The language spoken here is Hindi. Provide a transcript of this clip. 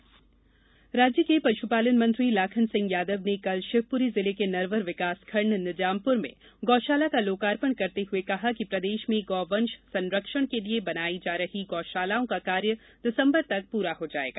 गौशालाएं राज्य के पश्पालन मंत्री लाखन सिंह यादव ने कल शिवपुरी जिले के नरवर विकासखंड निजामपुर में गौशाला का लोकार्पण करते हुए कहा कि प्रदेश में गौवंश संरक्षण के लिये बनायी जा रही गौशालाओं का कार्य दिसंबर तक पूरा हो जाएगा